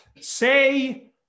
Say